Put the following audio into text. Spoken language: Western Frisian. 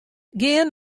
gean